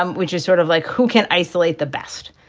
um which is sort of like who can isolate the best,